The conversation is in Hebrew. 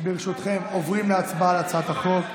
ברשותכם, אנחנו עוברים להצבעה על הצעת החוק.